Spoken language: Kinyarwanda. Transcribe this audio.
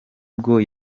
bwo